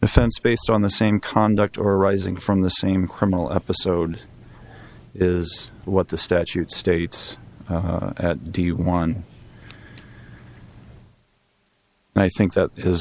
defense based on the same conduct or arising from the same criminal episode is what the statute states at d one and i think that is